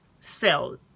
sell